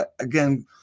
again